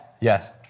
Yes